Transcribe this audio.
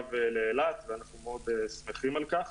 לקו לאילת ואנחנו מאוד שמחים על כך.